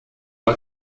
moi